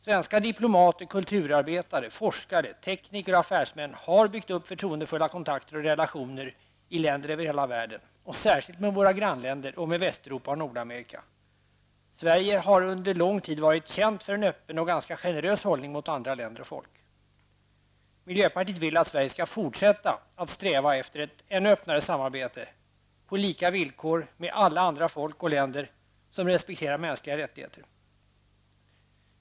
Svenska diplomater, kulturarbetare, forskare, tekniker och affärsmän har byggt upp förtroendefulla kontakter och relationer i länder över hela världen och särskilt med våra grannländer, med Västeuropa och Nordamerika. Sverige har under lång tid varit känt för en öppen och ganska generös hållning mot andra länder och folk. Miljöpartiet vill att Sverige skall fortsätta att sträva efter ett ännu öppnare samarbete på lika villkor med alla andra folk och länder som respekterar mänskliga rättigheter.